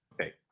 Okay